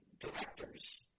Directors